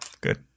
good